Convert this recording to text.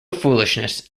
foolishness